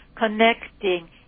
connecting